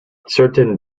certain